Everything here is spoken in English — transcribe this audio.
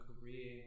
career